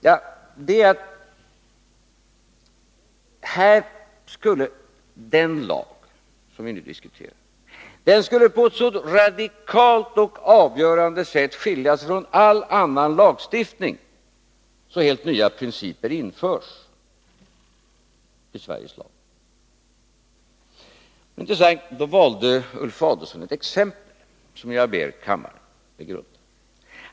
Jo, det är att den lag som vi nu diskuterar skulle på ett så radikalt och avgörande sätt skilja sig från all annan lagstiftning, att helt nya principer införs i Sveriges lag. Här valde Ulf Adelsohn ett exempel, som jag ber kammaren begrunda.